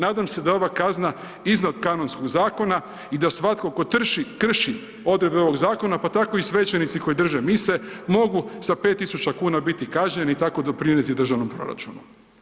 Nadam se da je ova kazna iznad kanonskog zakona i da svatko tko krši odredbe ovog zakona, pa tako i svećenici koji drže mise mogu sa 5.000,00 kn biti kažnjeni i tako doprinjeti državnom proračunu.